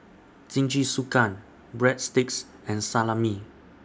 Jingisukan Breadsticks and Salami